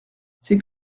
c’est